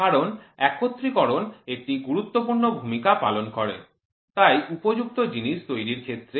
কারণ একত্রীকরণ একটি গুরুত্বপূর্ণ ভূমিকা পালন করে তাই উপযুক্ত জিনিস তৈরির ক্ষেত্রে একটি পুরুষ এবং স্ত্রী থাকবে